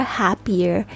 happier